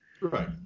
Right